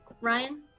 Ryan